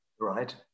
right